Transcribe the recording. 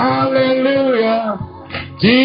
Hallelujah